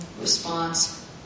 response